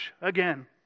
Again